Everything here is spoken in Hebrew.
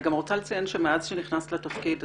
אני גם רוצה לציין שמאז שנכנסת לתפקיד,